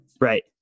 Right